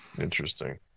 Interesting